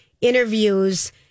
interviews